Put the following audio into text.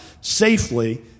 safely